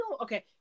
okay